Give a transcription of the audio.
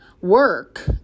work